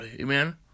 Amen